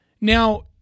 Now